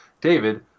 David